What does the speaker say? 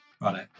right